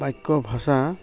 ବାକ୍ୟ ଭାଷା